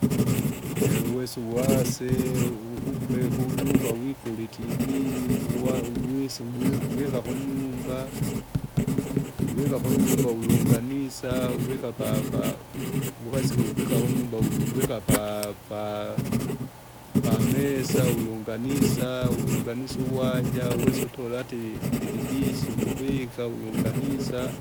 uwesa uwase, ugube kuduka wikule, ikiwa, uwise uvwi- vuila kunyumba. Uvika kunyumba ulunganisa, uvika papa vukaselo uvika munyumba vuvika pa- pa- pamesa ulunganisa, ulunganisa uwaja, uwesa utulatile ilidisi uvuvika ulunganisa.